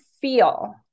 feel